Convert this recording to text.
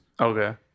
Okay